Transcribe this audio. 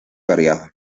variado